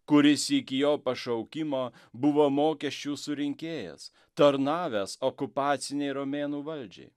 kuris iki jo pašaukimo buvo mokesčių surinkėjas tarnavęs okupacinei romėnų valdžiai